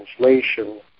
translation